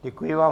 Děkuji vám.